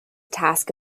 task